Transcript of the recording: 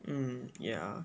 mm ya